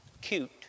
cute